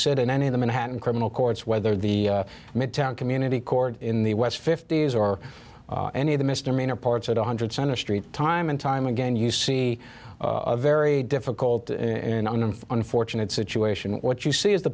sit in any of the manhattan criminal courts whether the midtown community court in the west fifty's or any of the misdemeanor parts at one hundred center street time and time again you see a very difficult in an unfortunate situation what you see is the